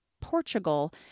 Portugal